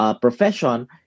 profession